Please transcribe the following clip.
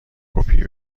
کپی